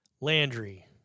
Landry